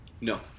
No